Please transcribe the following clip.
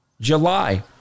July